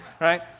right